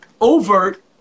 overt